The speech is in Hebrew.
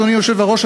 אדוני היושב-ראש,